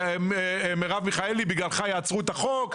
ומרב מיכאלי אמרה: בגללך יעצרו את החוק,